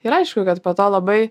ir aišku kad po to labai